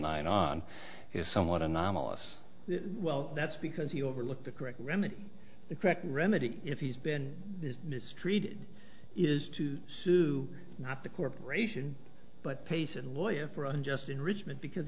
nine on is somewhat anomalous well that's because you overlook the correct remedy the correct remedy if he's been mistreated is to sue not the corporation but pace and lawyer for unjust enrichment because